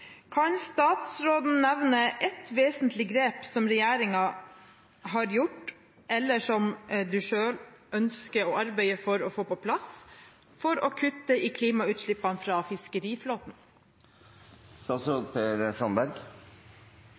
Kan statsråden nevne ett vesentlig grep som regjeringen har gjort, eller som statsråden selv ønsker å arbeide for å få på plass for å kutte i klimagassutslippene fra